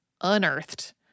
Unearthed